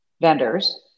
vendors